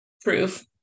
proof